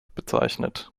bezeichnet